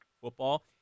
football